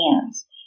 hands